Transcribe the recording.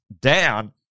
down